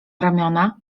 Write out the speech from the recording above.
ramiona